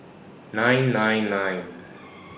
nine nine nine